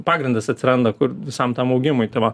pagrindas atsiranda kur visam tam augimui tai va